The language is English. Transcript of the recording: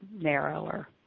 narrower